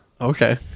Okay